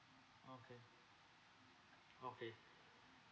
okay okay